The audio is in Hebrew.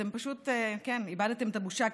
אתם פשוט איבדתם את הבושה.